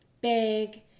big